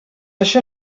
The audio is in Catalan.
això